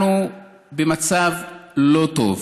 אנחנו במצב לא טוב.